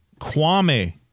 Kwame